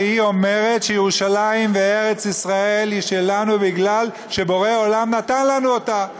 והיא אומרת שירושלים וארץ-ישראל היא שלנו בגלל שבורא עולם נתן לנו אותה.